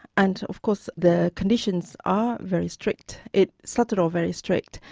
and, of course, the conditions are very strict. it started all very strict,